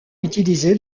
utilisé